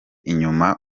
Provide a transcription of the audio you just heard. inyuma